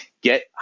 get